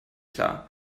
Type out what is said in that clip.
klar